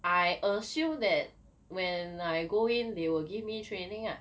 I assume that when I go in they will give me training ah